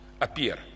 appear